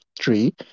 three